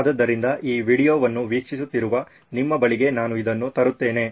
ಆದ್ದರಿಂದ ಈ ವೀಡಿಯೊವನ್ನು ವೀಕ್ಷಿಸುತ್ತಿರುವ ನಿಮ್ಮ ಬಳಿಗೆ ನಾನು ಇದನ್ನು ತರುತ್ತೇನೆ